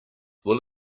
will